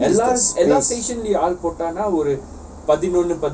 but then it's the space